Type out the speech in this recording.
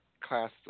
class